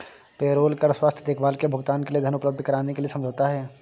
payroll कर स्वास्थ्य देखभाल के भुगतान के लिए धन उपलब्ध कराने के लिए समझौता है